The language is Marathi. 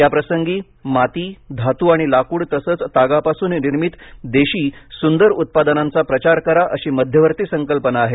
या प्रसंगी माती धातु आणि लाकूड तसंच तागापासून निर्मित देशी सुंदर उत्पादनांचा प्रचार करा अशी मध्यवर्ती संकल्पना आहे